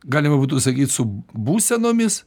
galima būtų sakyt su būsenomis